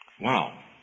Wow